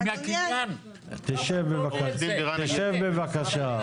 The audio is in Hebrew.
תשב בבקשה.